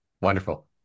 wonderful